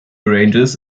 arranges